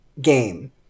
game